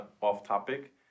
off-topic